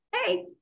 Hey